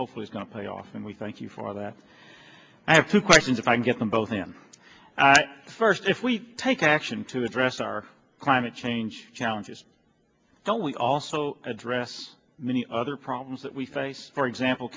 hopefully is going to play off and we thank you for that i have two questions if i can get them both in first if we take action to address our climate change challenges don't we also address many other problems that we face for example